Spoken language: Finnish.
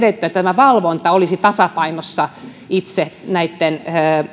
että valvonta olisi tasapainossa itse